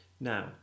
Now